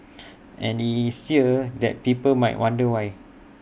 and IT is here that people might wonder why